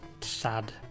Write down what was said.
sad